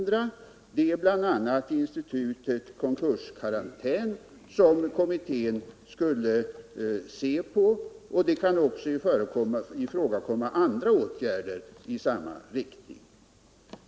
Det är bl.a. institutet konkurskarantän som kommittén skall se på. Det kan också ifrågakomma andra åtgärder i samma riktning.